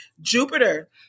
Jupiter